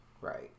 right